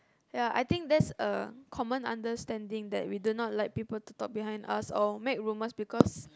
ya I think that's a common understanding that we do not like people to talk behind us or make rumours because